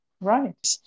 Right